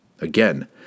Again